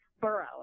borough